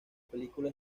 película